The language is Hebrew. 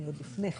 אני עוד לפני כן.